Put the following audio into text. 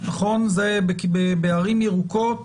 בערים ירוקות